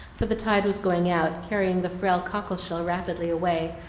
for the tide was going out, carrying the frail cockleshell rapidly away,